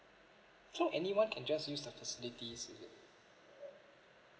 so anyone can just use the facilities